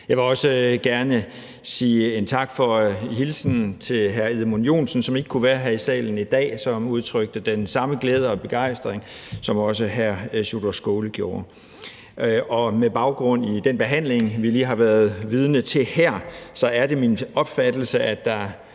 Jeg vil også gerne sige tak for hilsenen fra hr. Edmund Joensen, som ikke kunne være her i salen i dag – en hilsen, som udtrykte den samme glæde og begejstring, som hr. Sjúrður Skaale gjorde. Med baggrund i den behandling, vi lige har været vidne til her, er det min opfattelse, at der